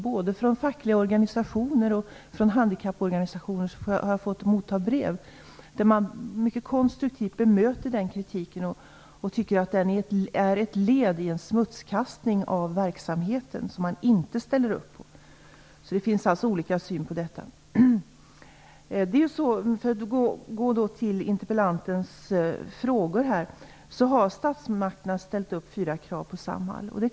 Både från fackliga organisationer och från handikapporganisationer har jag fått motta brev där man mycket konstruktivt bemöter kritiken och tycker att den är ett led i en smutskastning av verksamheten som man inte ställer upp på. Det finns alltså olika syn på saken. För att besvara interpellantens frågor kan jag säga att statsmakterna har ställt upp fyra krav på Samhall.